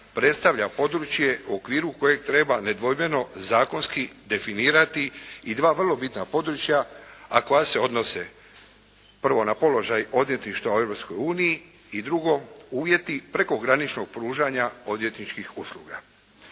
predstavlja područja u okviru kojeg treba nedvojbeno zakonski definirati i dva vrlo bitna područja a koja se odnose prvo na položaj odvjetništva u Europskoj uniji, i drugo uvjeti prekograničnog pružanja odvjetničkih usluga.